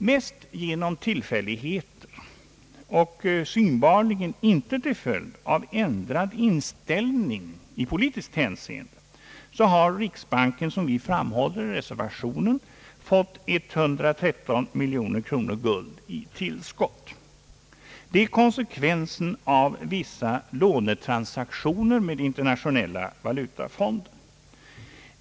Mest genom tillfälligheter och synbarligen inte till följd av ändrad inställning i politiskt hänseende har riksbanken, som vi framhåller i reservationen, fått 113 miljoner kronor guld i tillskott. Detta är konsekvensen av vissa lånetransaktioner med Internationella valutafonden.